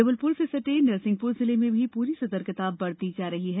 जबलपुर से सटे नरसिंहपुर जिले में भी पूरी तरह सतर्कता बरती जा रही है